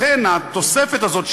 לכן התוספת הזאת,